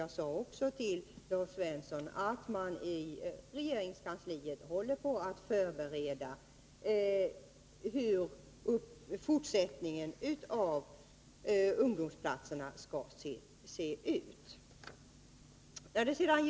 Jag sade också till Lars Svensson att man i regeringskansliet håller på att förbereda fortsättningen av verksamheten med ungdomsplatserna.